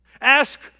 Ask